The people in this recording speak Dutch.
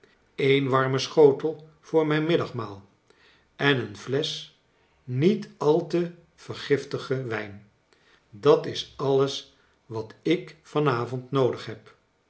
mn warme schotel voor mijn middagmaal en een flesch niet al te vergiftige wijn dat is alles wat ik van avond no o dig heb